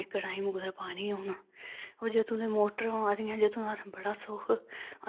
इक टाईम कुतै पानी औना व जदूं दी मोटर आदियां जदूं दा असैं बड़ा सुख